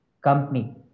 company